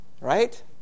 Right